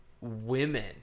women